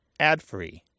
adfree